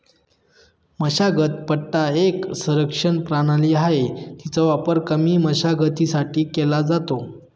मशागत पट्टा एक संरक्षण प्रणाली आहे, तिचा वापर कमी मशागतीसाठी केला जातो